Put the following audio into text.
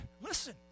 Listen